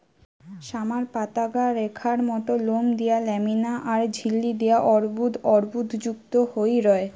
summer পাতাগা রেখার মত লোম দিয়া ল্যামিনা আর ঝিল্লি দিয়া অর্বুদ অর্বুদযুক্ত হই রয়